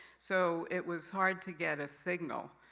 so, it was hard to get a signal,